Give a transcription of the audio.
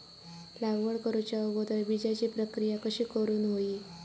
लागवड करूच्या अगोदर बिजाची प्रकिया कशी करून हवी?